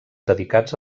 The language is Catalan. dedicats